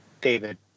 David